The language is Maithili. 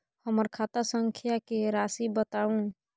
हमर खाता संख्या के राशि बताउ